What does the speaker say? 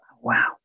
Wow